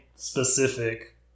specific